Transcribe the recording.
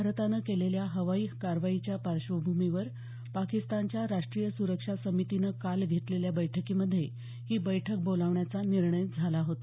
भारतानं केलेल्या हवाई कारवाईच्या पार्श्वभूमीवर पाकिस्तानच्या राष्ट्रीय सुरक्षा समितीनं काल घेतलेल्या बैठकीमध्ये ही बैठक बोलावण्याचा निर्णय झाला होता